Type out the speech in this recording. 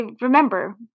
remember